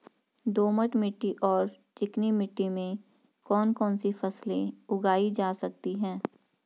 दोमट मिट्टी और चिकनी मिट्टी में कौन कौन सी फसलें उगाई जा सकती हैं?